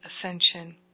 Ascension